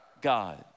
God